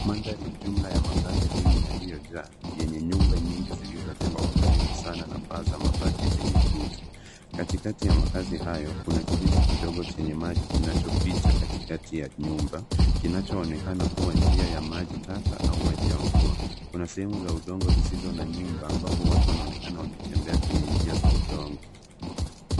Mandhari ya jumla ya makazi duni yaliyojaa yenye nyumba nyingi zilizojengwa kwa karibu sana na paa za mabati zenye kutu. Katikati ya makazi hayo kuna kijito kidogo chenye maji kinachopita katikati ya nyumba, kinachoonekana kuwa njia ya maji taka au maji ya mvua. Kuna sehemu za udongo zisizo na nyumba ambapo watu wanaonekana wakitembea kwenye njia za udongo.